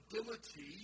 ability